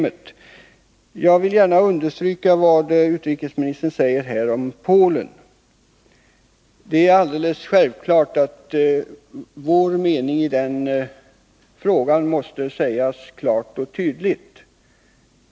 Jag vill gärna understryka vad utrikesministern här sade om Polen. Det är självklart att Sveriges mening i den frågan måste uttryckas klart och tydligt.